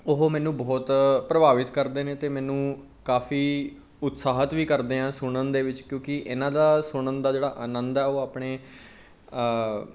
ਉਹ ਮੈਨੂੰ ਬਹੁਤ ਪ੍ਰਭਾਵਿਤ ਕਰਦੇ ਨੇ ਅਤੇ ਮੈਨੂੰ ਕਾਫੀ ਉਤਸ਼ਾਹਿਤ ਵੀ ਕਰਦੇ ਆਂ ਸੁਣਨ ਦੇ ਵਿੱਚ ਕਿਉਂਕਿ ਇਹਨਾਂ ਦਾ ਸੁਣਨ ਦਾ ਜਿਹੜਾ ਆਨੰਦ ਹੈ ਉਹ ਆਪਣੇ